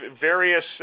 various